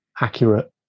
accurate